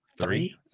Three